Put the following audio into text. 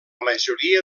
majoria